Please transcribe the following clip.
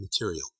material